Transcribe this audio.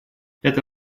это